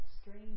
strange